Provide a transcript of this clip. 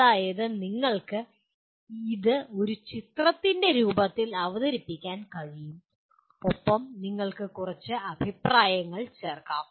അതായത് നിങ്ങൾക്ക് ഇത് ഒരു ചിത്രത്തിന്റെ രൂപത്തിൽ അവതരിപ്പിക്കാൻ കഴിയും ഒപ്പം നിങ്ങൾക്ക് കുറച്ച് അഭിപ്രായങ്ങൾ ചേർക്കാം